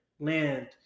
land